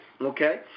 Okay